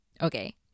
Okay